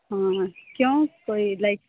ਹਾਂ ਕਿਉਂ ਕੋਈ ਲਾਈਕ